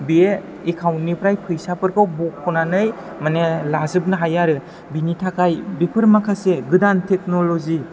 बे एकाउन्टनिफ्राय फैसाफोरखौ बख'नानै माने लाजोबनो हायो आरो बिनि थाखाय बेफोर माखासे गोदान टेक्न'लजि